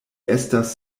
estas